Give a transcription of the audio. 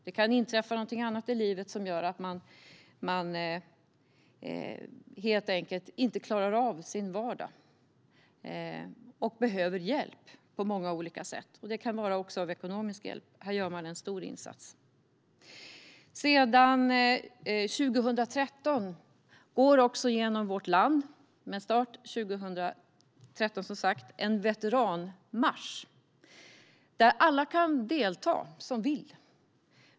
Det kan inträffa något annat i livet som gör att man helt enkelt inte klarar av sin vardag och behöver hjälp på olika sätt. Det kan också vara ekonomisk hjälp. Här gör man en stor insats. Sedan 2013 går genom vårt land en veteranmarsch där alla som vill kan delta.